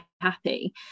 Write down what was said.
happy